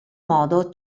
modo